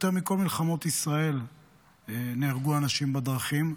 יותר מבכל מלחמות ישראל נהרגו אנשים בדרכים.